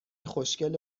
خوشگله